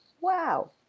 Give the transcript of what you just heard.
Wow